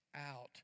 out